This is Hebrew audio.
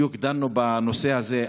בדיוק דנו בנושא הזה.